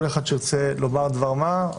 כל אחד שירצה לומר דבר-מה,